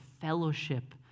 fellowship